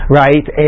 right